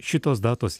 šitos datos